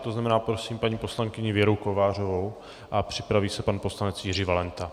To znamená, prosím paní poslankyni Věru Kovářovou a připraví se pan poslanec Jiří Valenta.